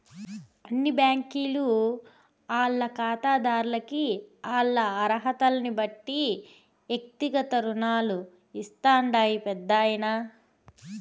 అన్ని బ్యాంకీలు ఆల్ల కాతాదార్లకి ఆల్ల అరహతల్నిబట్టి ఎక్తిగత రుణాలు ఇస్తాండాయి పెద్దాయనా